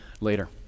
later